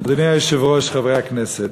אדוני היושב-ראש, חברי הכנסת,